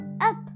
Up